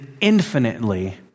infinitely